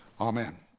Amen